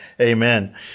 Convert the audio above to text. Amen